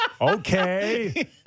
Okay